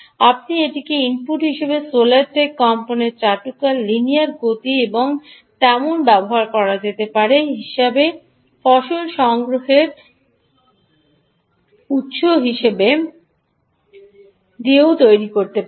আপনি এটিকে ইনপুট হিসাবে সোলার টেক Solar Techকম্পনের চাটুকার লিনিয়ার গতি এবং তেমন ব্যবহার করা যেতে পারে হিসাবে ফসল সংগ্রহের উত্স দিয়েও এটি তৈরি করতে পারেন